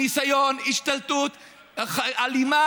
ניסיון השתלטות אלים,